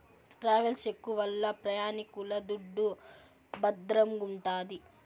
travels cheque వల్ల ప్రయాణికుల దుడ్డు భద్రంగుంటాది